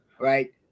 right